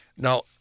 Now